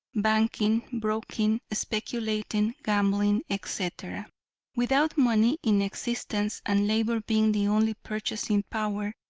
banking, broking, speculating, gambling, etc. without money in existence, and labor being the only purchasing power,